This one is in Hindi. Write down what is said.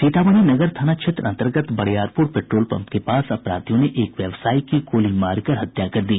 सीतामढ़ी नगर थाना क्षेत्र अंतर्गत बरियापुर पेट्रोल पंप के पास अपराधियों ने एक व्यवसायी की गोली मारकर हत्या कर दी